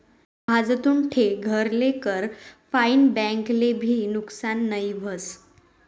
भाजतुन ठे घर लेल कर फाईन बैंक ले भी नुकसान नई व्हस